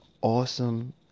awesome